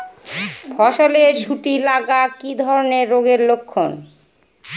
ফসলে শুটি লাগা কি ধরনের রোগের লক্ষণ?